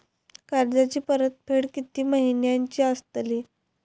कर्जाची परतफेड कीती महिन्याची असतली?